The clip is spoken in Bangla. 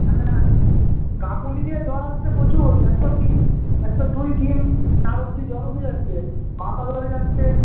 হ্যাঁ কাঁপুনি দিয়ে জ্বর আসছে প্রচুর একশো তিন একশো দুই তিন চার অবধি জ্বর উঠে যাচ্ছে মাথা ধরে যাচ্ছে